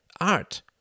Art